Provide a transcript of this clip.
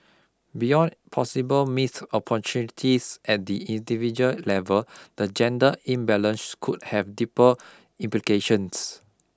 beyond possible missed opportunities at the individual level the gender imbalance could have deeper implications